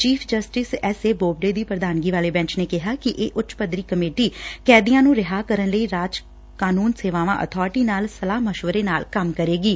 chief justice S A Bobde ਦੀ ਪ੍ਰਧਾਨਗੀ ਵਾਲੇ ਬੈਂਚ ਨੇ ਕਿਹਾ ਕਿ ਇਹ ਉੱਚ ਪੱਧਰੀ ਕੱਮੇਟੀ ਕੈਦੀਆਂ ਨੰ ਰਿਹਾਅ ਕਰਨ ਲਈ ਰਾਜ ਕਾਨੁੰਨੀ ਸੇਵਾਵਾਂ ਅਬਾਰਟੀ ਨਾਲ ਸਲਾਹ ਮਸ਼ਵਰੇ ਨਾਲ ਕੰਮ ਕਰੇਗੀ